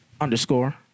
Underscore